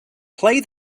play